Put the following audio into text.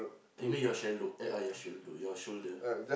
you mean shaldow eh uh shaldow your shoulder